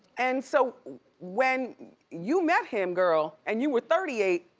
and so when you met him, girl, and you were thirty eight,